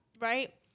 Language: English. right